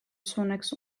zunächst